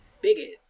bigot